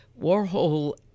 Warhol